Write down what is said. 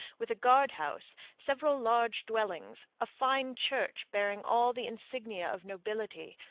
with a guard-house, several large dwellings, a fine church bearing all the insignia of nobility,